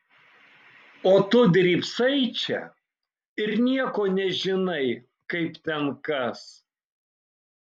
o tu drybsai čia ir nieko nežinai kaip ten kas